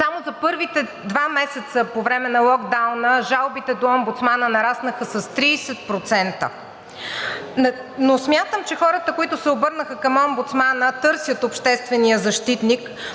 Само за първите два месеца по време на локдауна жалбите до омбудсмана нараснаха с 30%, но смятам, че хората, които се обърнаха към омбудсмана, търсят обществения защитник